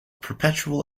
perpetual